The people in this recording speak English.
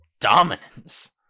dominance